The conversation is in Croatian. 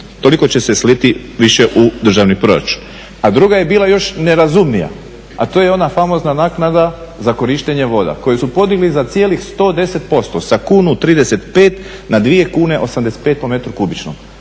toliko će se sliti više u državni proračun. A druga je bila još nerazumnija a to je ona famozna naknada za korištenje voda koju su podigli za cijelih 110% sa 1,35kn na 2,85kn po metru kubičnom.